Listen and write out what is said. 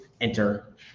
enter